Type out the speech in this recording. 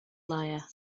liar